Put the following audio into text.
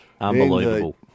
Unbelievable